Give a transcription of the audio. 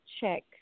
check